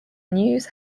news